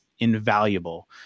Invaluable